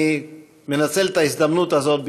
אני מנצל את ההזדמנות הזאת,